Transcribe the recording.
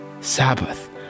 Sabbath